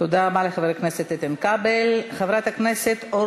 תודה רבה לחבר הכנסת איתן כבל.